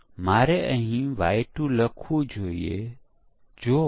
જેમાં black box પરીક્ષણના પરિણામ દ્વારા આપણે માર્ગદર્શન મેળવી શકીએ છીએ